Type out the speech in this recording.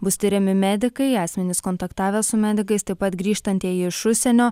bus tiriami medikai asmenys kontaktavę su medikais taip pat grįžtantieji iš užsienio